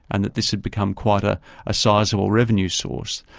and that this had become quite a ah sizeable revenue source,